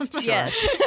yes